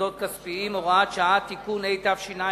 וזאת כהוראת שעה לתקופה שמיום ט"ו בטבת התש"ע,